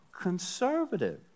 conservative